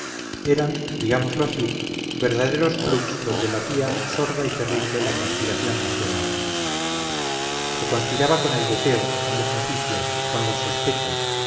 eran digámoslo así verdaderos clubs donde latía sorda y terrible la conspiración nacional se conspiraba con el deseo con las noticias con las sospechas